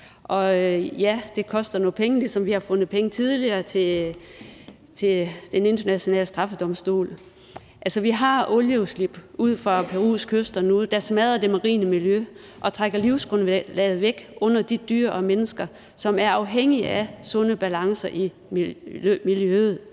Og ja, det koster nogle penge, ligesom vi tidligere har fundet penge til Den Internationale Straffedomstol. Altså, vi har nu olieudslip ud for Perus kyster, der smadrer det marine miljø og trækker livsgrundlaget væk under de dyr og mennesker, som er afhængige af sunde balancer i miljøet.